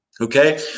okay